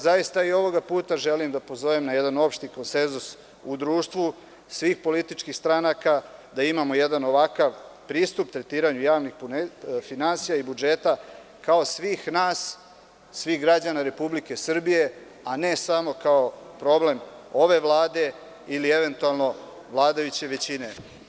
Zaista i ovoga puta želim da pozovem na jedan opšti konsenzus u društvu svih političkih stranaka da imamo jedan ovakav pristup tretiranju javnih finansija i budžeta kao svih nas, svih građana Republike Srbije a ne samo kao problem ove Vlade ili eventualno vladajuće većine.